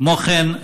כמו כן,